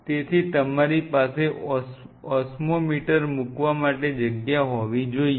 તેથી તમારી પાસે ઓસ્મોમીટર મૂક વા માટે જગ્યા હોવી જોઈએ